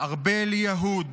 ארבל יהוד,